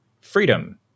freedom